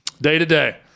Day-to-day